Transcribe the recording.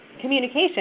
communication